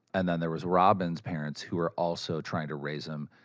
and then there was robin's parents, who were also trying to raise him.